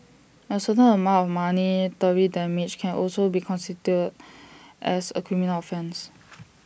A certain amount of monetary damage can also be constituted as A criminal offence